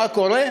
מה קורה?